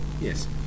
yes